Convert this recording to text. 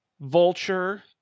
Vulture